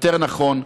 יותר נכון,